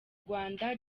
rwanda